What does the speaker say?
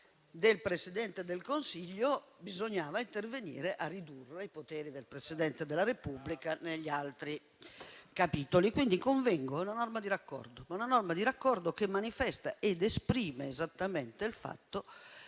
del Presidente del Consiglio bisognava intervenire a ridurre quelli del Presidente della Repubblica negli altri capitoli. Convengo, quindi: è una norma di raccordo, che però manifesta ed esprime esattamente il fatto